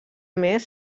més